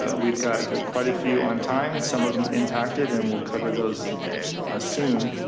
ah we've got quite a few on time, some of them impacted and we'll cover those soon.